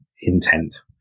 intent